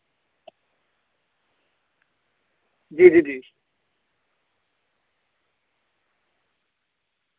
जी जी जी